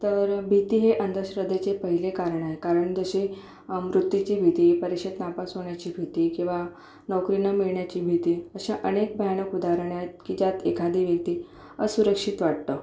तर भीती हे अंधश्रद्धेचे पहिले कारण आहे कारण जशी मृत्यूची भीती परीक्षेत नापास होण्याची भीती किंवा नोकरी न मिळण्याची भीती अशा अनेक भयानक उदाहरणे आहेत की ज्यात एखादी व्यक्ति असुरक्षित वाटतं